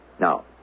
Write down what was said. Now